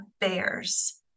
bears